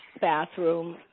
bathroom